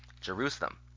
Jerusalem